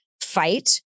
fight